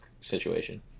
situation